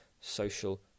social